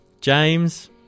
James